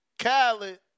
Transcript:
Khaled